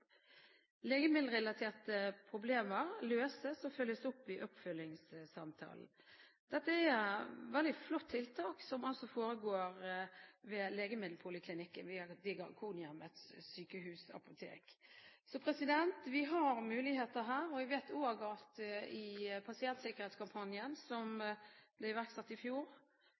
Legemiddelrelaterte problemer løses og følges opp i oppfølgingssamtalen. Dette er et veldig flott tiltak, som altså foregår ved Legemiddelpoliklinikken ved Diakonhjemmet Sykehusapotek. Vi har muligheter her. Jeg vet at i pasientsikkerhetskampanjen, som ble iverksatt i fjor,